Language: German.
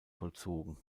vollzogen